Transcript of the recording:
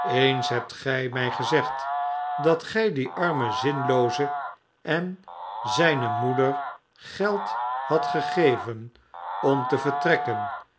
eens hebt gij mij gezegd dat gij dien armen zinnelooze en zijne moeder geld hadt gegeven om te vertrekken